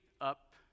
up